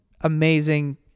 amazing